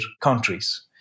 countries